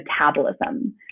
metabolism